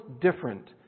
different